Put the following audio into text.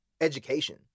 education